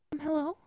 hello